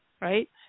right